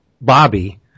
Bobby